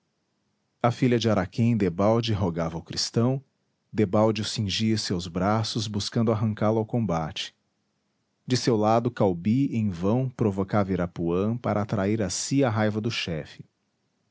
a filha de araquém debalde rogava ao cristão debalde o cingia em seus braços buscando arrancá-lo ao combate de seu lado caubi em vão provocava irapuã para atrair a si a raiva do chefe